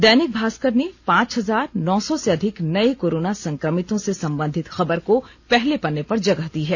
दैनिक भास्कर ने पांच हजार नौ सौ से अधिक नए कोरोना संक्रमितो से संबंधित खबर को पहले पन्ने पर जगह दी है